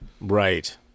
Right